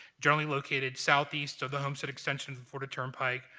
generally located southeast of the homestead extension of the florida turnpike,